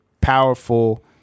powerful